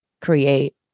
create